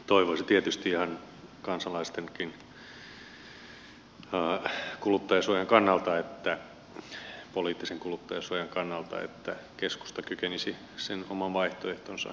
toivoisi tietysti ihan kansalaistenkin kuluttajansuojan kannalta poliittisen kuluttajansuojan kannalta että keskusta kykenisi sen oman vaihtoehtonsa yksiselitteisesti esittämään